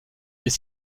les